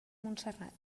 montserrat